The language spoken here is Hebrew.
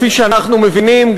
כפי שאנחנו מבינים,